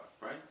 right